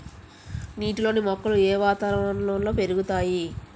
నీటిలోని మొక్కలు ఏ వాతావరణంలో పెరుగుతాయి?